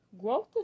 Growth